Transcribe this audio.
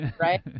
Right